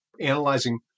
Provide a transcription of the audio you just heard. analyzing